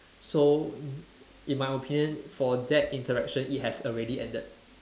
so in my opinion for that interaction it has already ended